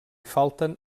falten